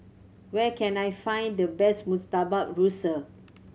where can I find the best Murtabak Rusa